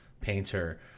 painter